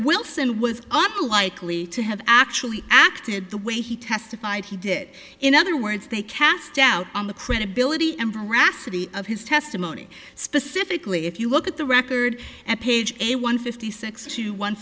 wilson was likely to have actually acted the way he testified he did in other words they cast doubt on the credibility and voracity of his testimony specifically if you look at the record at page a one fifty six to one